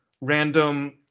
random